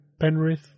Penrith